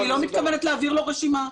אני לא מתכוונת להעביר לו רשימה.